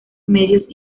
medios